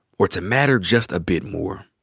or to matter just a bit more.